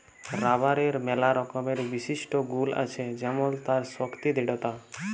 রাবারের ম্যালা রকমের বিশিষ্ট গুল আছে যেমল তার শক্তি দৃঢ়তা